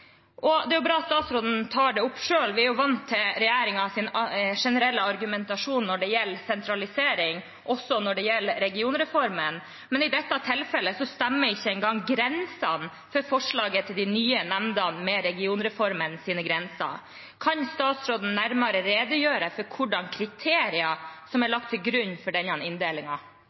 Det er bra at statsråden tar det opp selv. Vi er jo vant til regjeringens generelle argumentasjon når det gjelder sentralisering, også når det gjelder regionreformen, men i dette tilfellet stemmer ikke engang grensene for forslaget til de nye nemndene med regionreformens grenser. Kan statsråden redegjøre nærmere for hvilke kriterier som er lagt til grunn for denne